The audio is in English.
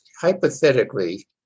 hypothetically